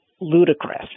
Ludicrous